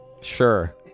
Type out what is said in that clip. sure